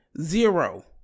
zero